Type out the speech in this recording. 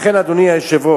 לכן, אדוני היושב-ראש,